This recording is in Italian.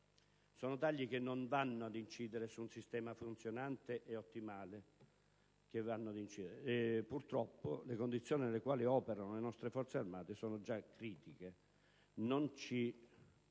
Sono tagli che non vanno ad incidere su un sistema funzionate ed ottimale perché, purtroppo, le condizioni nelle quali operano le nostre Forze armate sono già critiche.